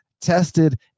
tested